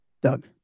Doug